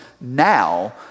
now